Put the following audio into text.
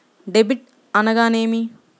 Debit అనగానేమి?